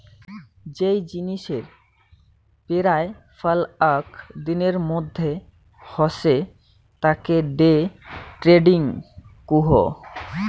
যেই জিনিসের পেরায় ফাল আক দিনের মধ্যে হসে তাকে ডে ট্রেডিং কুহ